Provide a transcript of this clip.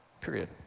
period